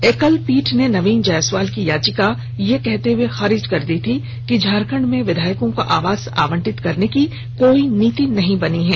एकलपीठ ने नवीन जायसवाल की याचिका यह कहते हए खारिज कर दी थी कि झारखंड में विधायकों को आवास आवंटित करने की कोई नीति नहीं बनी है